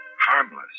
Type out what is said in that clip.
Harmless